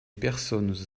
personnes